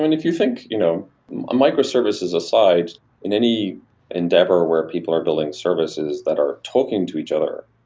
if you think, you know microservices aside in any endeavor where people are billing services that are talking to each other,